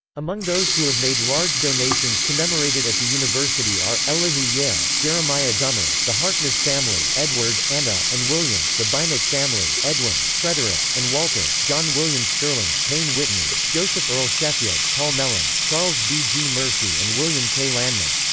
among those who have made large donations commemorated at the university are elihu yale jeremiah dummer the harkness family edward, anna, and william the beinecke family edwin, frederick, and walter john william sterling payne whitney joseph earl sheffield, paul mellon, charles b. g. murphy and william k. lanman.